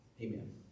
Amen